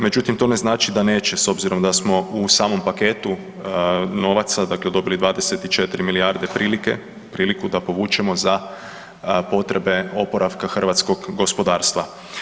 Međutim, to ne znači da neće s obzirom da smo u samom paketu novaca dakle dobili 24 milijarde prilike, priliku da povučemo za potrebe oporavka hrvatskog gospodarstva.